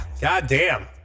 Goddamn